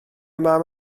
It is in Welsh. mam